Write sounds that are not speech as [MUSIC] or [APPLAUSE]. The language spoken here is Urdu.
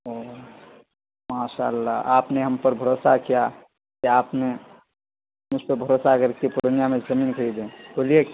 او ماشاء اللہ آپ نے ہم پر بھروسہ کیا کہ آپ نے مجھ پہ بھروسہ کر کے پورنیہ میں زمین خریدیں [UNINTELLIGIBLE]